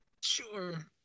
sure